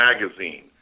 Magazine